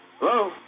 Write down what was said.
Hello